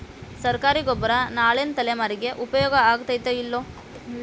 ಸರ್ಕಾರಿ ಗೊಬ್ಬರ ನಾಳಿನ ತಲೆಮಾರಿಗೆ ಉಪಯೋಗ ಆಗತೈತೋ, ಇಲ್ಲೋ?